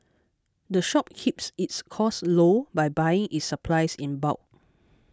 the shop keeps its costs low by buying its supplies in bulk